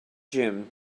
gym